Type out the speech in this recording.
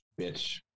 Bitch